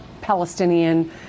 Palestinian